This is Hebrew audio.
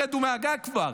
רדו מהגג כבר.